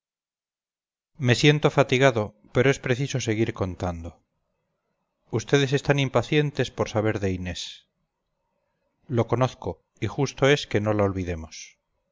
me siento fatigado pero es preciso seguir contando vds están impacientes por saber de inés lo conozco y justo es que no la olvidemos